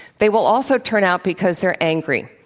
they will also turn out because they're angry.